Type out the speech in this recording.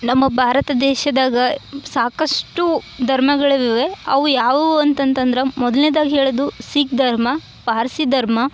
ನಮ್ಮ ಭಾರತ ದೇಶದಾಗ ಸಾಕಷ್ಟು ಧರ್ಮಗಳಿದವೆ ಅವು ಯಾವುವು ಅಂತಂತಂದ್ರೆ ಮೊದ್ಲ್ನೆದಾಗಿ ಹೇಳೋದು ಸಿಖ್ ಧರ್ಮ ಪಾರ್ಸಿ ಧರ್ಮ